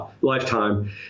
lifetime